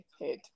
head